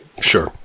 Sure